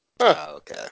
Okay